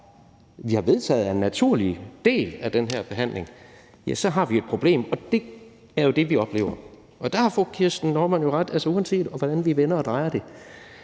som vi har vedtaget er en naturlig del af den her behandling, væk. Og det er jo det, vi oplever. Der har fru Kirsten Normann Andersen jo ret: Uanset hvordan vi vender og drejer det,